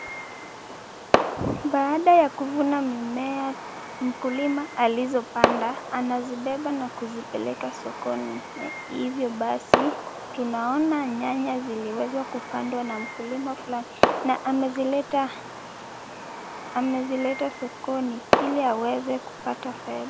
Baada ya kuvuna mimea mkulima alizopanda anazibeba na kuzipeleka sokoni, hivyo basi tunaona nyanya ziliweza kupandwa na mkulima fulani na amezileta sokoni ili aweze kupata fedha.